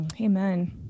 Amen